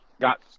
got